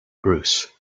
bruce